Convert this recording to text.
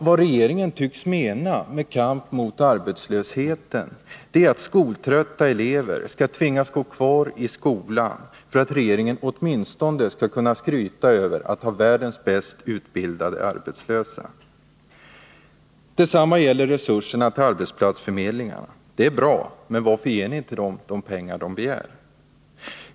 Vad regeringen tycks mena med kamp mot arbetslösheten är att skoltrötta elever skall tvingas gå kvar i skolan för att man åtminstone skall kunna skryta över att ha världens bäst utbildade arbetslösa. Detsamma gäller resurserna för arbetsplatsförmedlingarna. De är bra, men varför ger ni dem inte de pengar de begär?